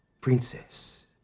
princess